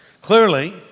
Clearly